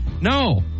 No